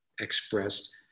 expressed